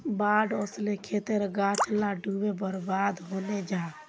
बाढ़ ओस्ले खेतेर गाछ ला डूबे बर्बाद हैनं जाहा